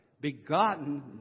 begotten